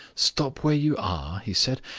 stop where you are? he said.